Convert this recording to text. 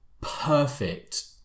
perfect